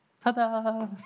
Ta-da